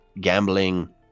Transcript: gambling